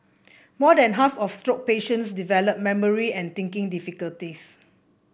more than half of stroke patients develop memory and thinking difficulties